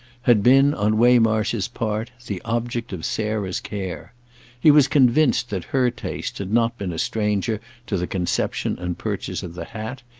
had been, on waymarsh's part, the object of sarah's care he was convinced that her taste had not been a stranger to the conception and purchase of the hat,